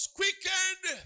quickened